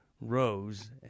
Rose